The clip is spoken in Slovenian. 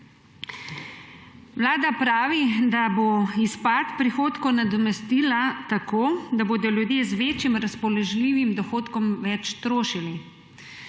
Vlada pravi, da bo izpad prihodkov nadomestila tako, da bodo ljudje z večjim razpoložljivim dohodkom več trošili.